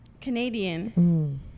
Canadian